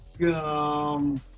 gum